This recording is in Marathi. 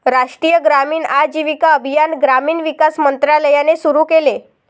राष्ट्रीय ग्रामीण आजीविका अभियान ग्रामीण विकास मंत्रालयाने सुरू केले